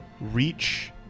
reach